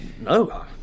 No